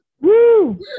Woo